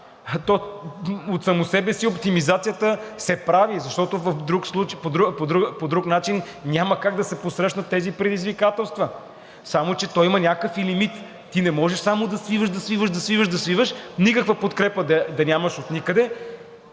от само себе си оптимизацията се прави, защото по друг начин няма как да се посрещнат тези предизвикателства. Само че то има и някакъв лимит. Ти не можеш само да свиваш, да свиваш, да свиваш, никаква подкрепа да нямаш отникъде